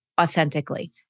authentically